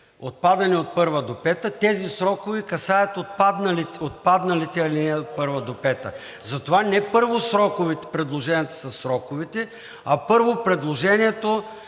отпадане от първа до пета, тези срокове касаят отпадналите алинеи от първа до пета. Затова не първо предложенията за сроковете, а първо предложението